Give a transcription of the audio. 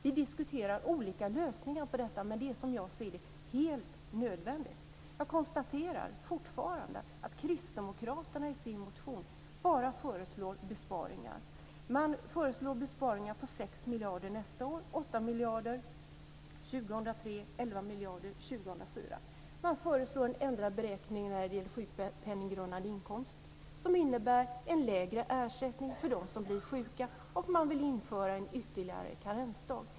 Vi diskuterar olika lösningar på detta, men detta är, som jag ser det, helt nödvändigt. Jag konstaterar fortfarande att Kristdemokraterna i sin motion bara föreslår besparingar. Man föreslår besparingar på 6 miljarder nästa år, 8 miljarder 2003, 11 miljarder 2004. Man föreslår en ändrad beräkning av sjukpenninggrundande inkomst som innebär en lägre ersättning för dem som blir sjuka, och man vill införa ytterligare en karensdag.